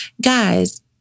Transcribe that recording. Guys